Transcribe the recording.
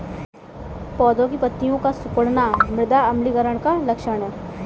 पौधों की पत्तियों का सिकुड़ना मृदा अम्लीकरण का लक्षण है